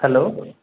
hello